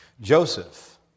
Joseph